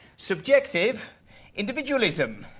subjective individualism.